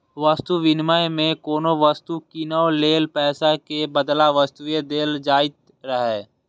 वस्तु विनिमय मे कोनो वस्तु कीनै लेल पैसा के बदला वस्तुए देल जाइत रहै